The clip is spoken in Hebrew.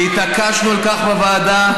והתעקשנו על כך בוועדה,